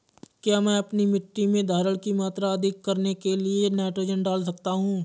क्या मैं अपनी मिट्टी में धारण की मात्रा अधिक करने के लिए नाइट्रोजन डाल सकता हूँ?